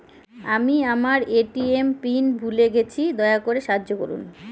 আমি আমার ATM pin ভুলে গেছি, দয়া করে সাহায্য করুন